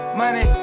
money